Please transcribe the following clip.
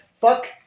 Fuck